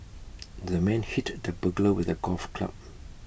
the man hit the burglar with A golf club